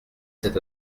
cet